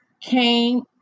came